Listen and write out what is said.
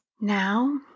Now